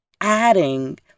adding